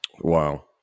Wow